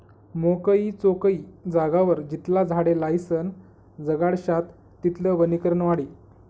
मोकयी चोकयी जागावर जितला झाडे लायीसन जगाडश्यात तितलं वनीकरण वाढी